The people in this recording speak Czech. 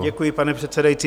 Děkuji, pane předsedající.